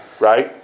right